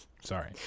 Sorry